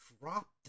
dropped